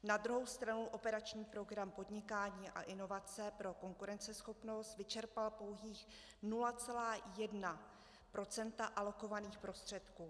Na druhou stranu operační program podnikání a inovace pro konkurenceschopnost vyčerpal pouhých 0,1 % alokovaných prostředků.